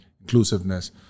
inclusiveness